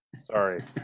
Sorry